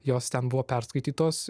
jos ten buvo perskaitytos